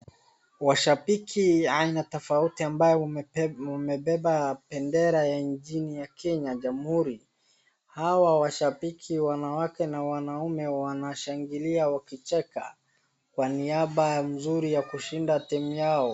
Washabiki aina tofauti ambao wamebeba bendera ya nchini ya kenya jamuhuri. Hawa washabiki wanawake na wanaume wanashangilia wakicheka kwa niaba mzuri ya kushinda timu yao.